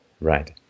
Right